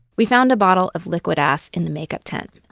we found a bottle of liquid ass in the makeup tent.